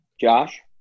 Josh